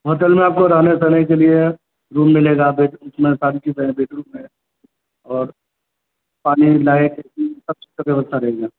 hotel میں آپ کو رہنے سہنے کے لیے روم ملے گا اس میں ساری چیزیں ہیں بیڈ روم ہے اور پانی لائٹ سب ویوستھا رہے گا